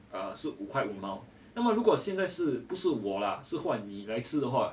是五块五毛那么如果现在是不是我啦是换你来吃的话